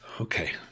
okay